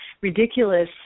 ridiculous